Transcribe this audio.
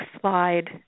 slide